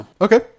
Okay